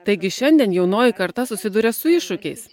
taigi šiandien jaunoji karta susiduria su iššūkiais